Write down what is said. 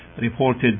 Reported